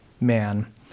man